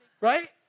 right